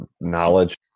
knowledge